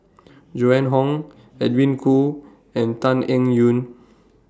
Joan Hon Edwin Koo and Tan Eng Yoon